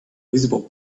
visible